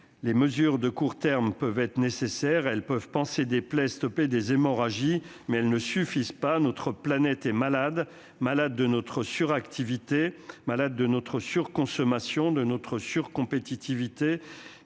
Les mesures de court terme peuvent être nécessaires. Elles peuvent panser des plaies et stopper des hémorragies, mais elles ne suffisent pas. Notre planète est malade, malade de notre suractivité, de notre surconsommation et de notre surcompétitivité,